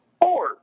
Four